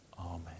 Amen